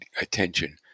attention